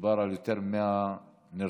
מדובר על יותר מ-100 נרצחים,